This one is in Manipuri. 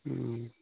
ꯎꯝ